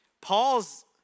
Paul's